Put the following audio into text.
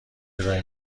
ارائه